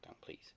please